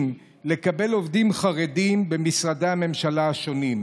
על קבלת עובדים חרדים במשרדי הממשלה השונים,